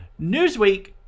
Newsweek